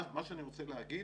מה שאני רוצה להגיד,